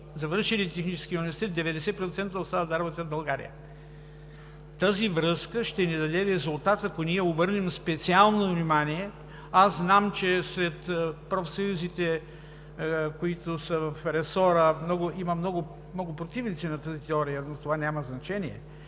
завършилите Техническия университет 90% остават да работят в България. Тази връзка ще ни даде резултат, ако ние обърнем специално внимание – знам, че сред профсъюзите, които са в ресора, има много противници на тази теория, но това няма значение,